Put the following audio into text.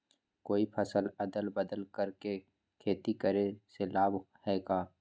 कोई फसल अदल बदल कर के खेती करे से लाभ है का?